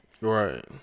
right